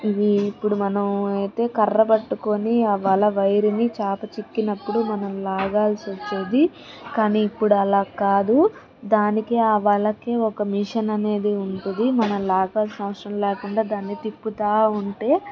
ఇవి ఇప్పుడు మనం అయితే కర్ర పట్టుకొని ఆ వల వైరుని చాప చిక్కినప్పుడు మనం లాగల్సి వచ్చేది కానీ ఇప్పుడు అలా కాదు దానికి ఆ వలకీ ఒక మెషీన్ అనేది ఉంటుంది మనం లాగాల్సినవసరం లేకుండా దాన్ని తిప్పుతా ఉంటే